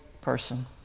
person